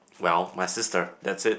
well my sister that's it